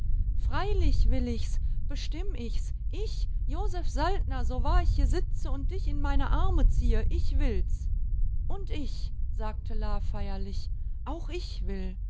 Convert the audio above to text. freilich will ich's bestimm ich's ich josef saltner so wahr ich hier sitze und dich in meine arme ziehe ich will's und ich sagte la feierlich auch ich will